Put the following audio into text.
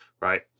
right